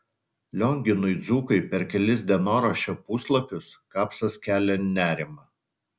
lionginui dzūkui per kelis dienoraščio puslapius kapsas kelia nerimą